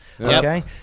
okay